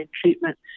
treatment